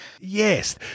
Yes